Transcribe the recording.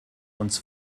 uns